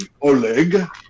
Oleg